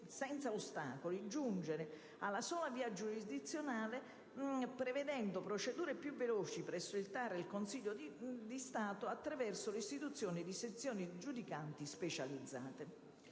senza ostacoli alla sola via giurisdizionale prevedendo procedure più veloci presso i TAR e il Consiglio di Stato, anche attraverso l'istituzione di sezioni giudicanti specializzate,